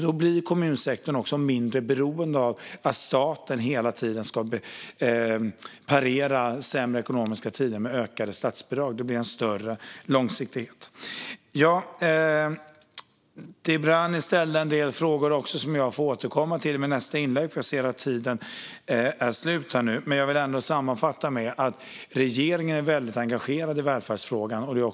Då blir kommunsektorn mindre beroende av att staten hela tiden ska parera sämre ekonomiska tider med ökade statsbidrag. Det blir en större långsiktighet. Dibrani ställde en del frågor som jag får återkomma till i mitt nästa inlägg, för jag ser att talartiden är slut. Men jag vill sammanfatta med att säga att regeringen är väldigt engagerad i välfärdsfrågan.